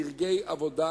בדרגי עבודה,